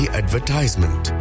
advertisement